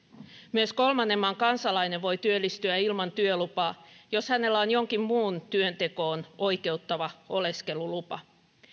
myös kolmannen maan kansalainen voi työllistyä ilman työlupaa jos hänellä on jokin muu työntekoon oikeuttava oleskelulupa